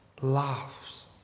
laughs